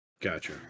Gotcha